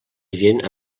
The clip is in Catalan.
gent